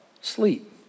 sleep